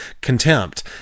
contempt